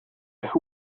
who